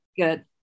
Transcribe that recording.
good